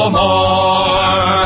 more